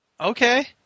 Okay